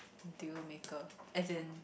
deal maker as in